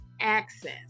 access